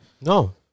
No